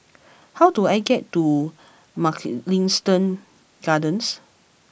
how do I get to Mugliston Gardens